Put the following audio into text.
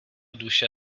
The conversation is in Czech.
duše